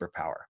superpower